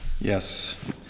Yes